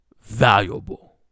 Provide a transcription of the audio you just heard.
Valuable